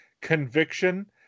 conviction